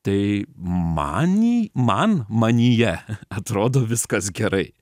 tai many man manyje atrodo viskas gerai